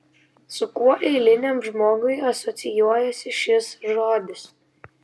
su kuo eiliniam žmogui asocijuojasi šis žodis